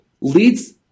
leads